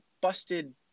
busted